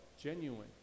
genuine